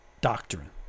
doctrine